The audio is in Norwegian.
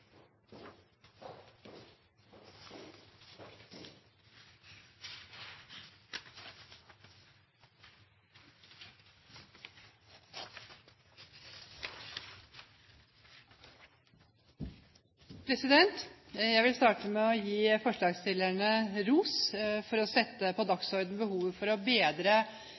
Jeg vil starte med å gi forslagsstillerne ros for å sette på dagsordenen behovet for å bedre